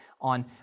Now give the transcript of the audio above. on